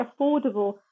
affordable